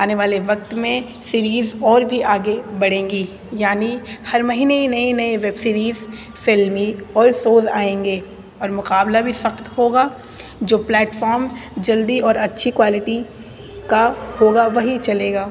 آنے والے وقت میں سیریز اور بھی آگے بڑھیں گی یعنی ہر مہینے ہی نئے نئے ویب سیریز فلمی اور سوز آئیں گے اور مقابلہ بھی سخت ہوگا جو پلیٹفم جلدی اور اچھی کوالٹی کا ہوگا وہی چلے گا